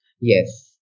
Yes